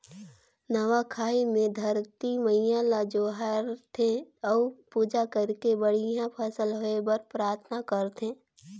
नवा खाई मे धरती मईयां ल जोहार थे अउ पूजा करके बड़िहा फसल होए बर पराथना करथे